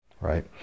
right